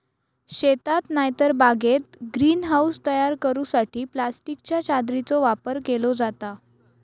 शेतात नायतर बागेत ग्रीन हाऊस तयार करूसाठी प्लास्टिकच्या चादरीचो वापर केलो जाता